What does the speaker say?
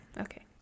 Okay